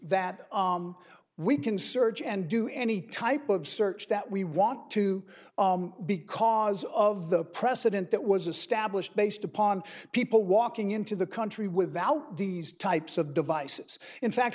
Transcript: that we can search and do any type of search that we want to because of the precedent that was established based upon people walking into the country without these types of devices in fact